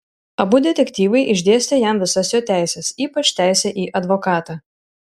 abu detektyvai išdėstė jam visas jo teises ypač teisę į advokatą